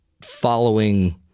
following